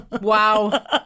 Wow